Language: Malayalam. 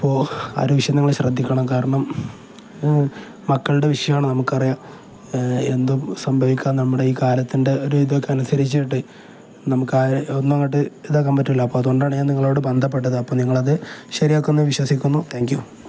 അപ്പോള് ആ ഒരു വിഷയം നിങ്ങള് ശ്രദ്ധിക്കണം കാരണം മക്കളുടെ വിഷയമാണ് നമുക്കറിയാം എന്തും സംഭവിക്കാം നമ്മുടെ ഈ കാലത്തിൻ്റെ ഒരു ഇതൊക്കെ അനുസരിച്ചിട്ട് നമുക്കൊന്നും അങ്ങോട്ട് ഇതാക്കാൻ പറ്റില്ല അപ്പോള് അതുകൊണ്ടാണ് ഞാൻ നിങ്ങളോട് ബന്ധപ്പെട്ടത് അപ്പോള് നിങ്ങളത് ശരിയാക്കുമെന്ന് വിശ്വസിക്കുന്നു താങ്ക് യൂ